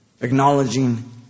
Acknowledging